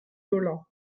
dolent